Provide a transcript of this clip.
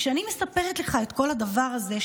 כשאני מספרת לך את כל הדבר הזה,